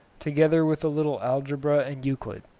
together with a little algebra and euclid,